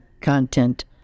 content